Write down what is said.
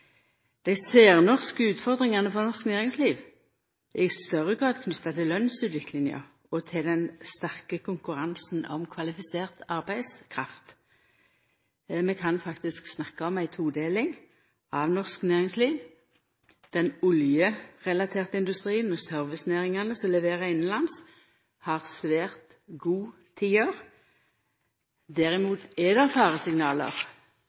i større grad knytte til lønnsutviklinga og til den sterke konkurransen om kvalifisert arbeidskraft. Vi kan faktisk snakke om ei todeling av norsk næringsliv. Den oljerelaterte industrien, med servicenæringane som leverer innanlands, har svært gode tider. Derimot